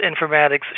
informatics